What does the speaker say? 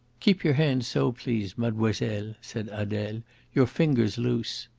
keep your hands so, please, mademoiselle, said adele your fingers loose.